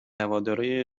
هوادارای